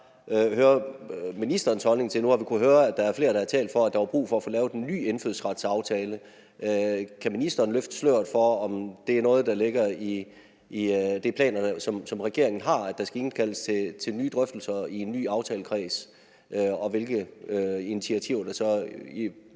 har vi kunnet høre, at der er flere, der har talt for, at der var brug for at få lavet en ny indfødsretsaftale. Kan ministeren løfte sløret for, om det er noget, der ligger i de planer, som regeringen har, at der skal indkaldes til nye drøftelser i en ny aftalekreds, og hvilke initiativer man